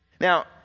Now